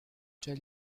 tell